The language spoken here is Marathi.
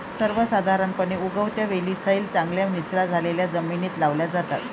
सर्वसाधारणपणे, उगवत्या वेली सैल, चांगल्या निचरा झालेल्या जमिनीत लावल्या जातात